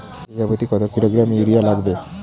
বিঘাপ্রতি কত kilogram urea লাগবে?